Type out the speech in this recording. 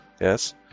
Yes